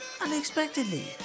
unexpectedly